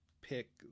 pick